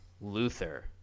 Luther